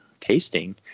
tasting